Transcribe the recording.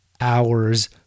hours